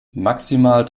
maximal